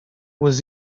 was